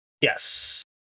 yes